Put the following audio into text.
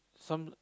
some